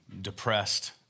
Depressed